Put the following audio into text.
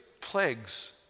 plagues